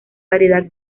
variedad